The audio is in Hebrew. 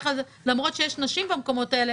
למרות שיש נשים במקומות האלה,